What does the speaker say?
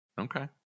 okay